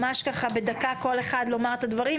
ממש בדקה כל אחד לומר את הדברים,